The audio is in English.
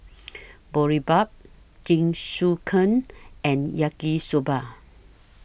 Boribap Jingisukan and Yaki Soba